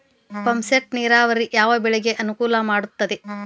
Pump set ನೇರಾವರಿ ಯಾವ್ ಬೆಳೆಗೆ ಅನುಕೂಲ ಮಾಡುತ್ತದೆ?